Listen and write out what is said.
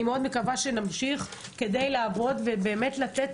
אני מאוד מקווה שנמשיך כדי לעבוד ולתת